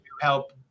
help